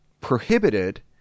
prohibited –